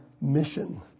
mission